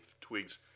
twigs